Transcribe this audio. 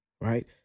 right